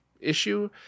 issue